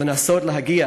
לנסות להגיע